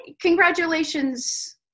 congratulations